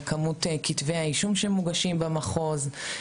על כמות כתבי האישום שמוגשים במחוז,